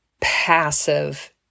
passive